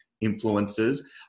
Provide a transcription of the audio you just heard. influences